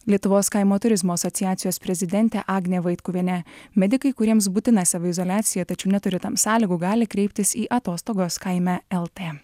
lietuvos kaimo turizmo asociacijos prezidentė agnė vaitkuvienė medikai kuriems būtina saviizoliacija tačiau neturi tam sąlygų gali kreiptis į atostogos kaime lt